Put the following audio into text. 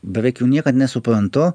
beveik niekad nesuprantu